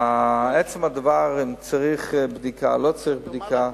לעצם הדבר, אם צריך בדיקה או לא צריך בדיקה,